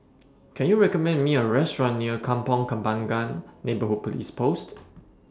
Can YOU recommend Me A Restaurant near Kampong Kembangan Neighbourhood Police Post